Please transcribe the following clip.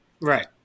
Right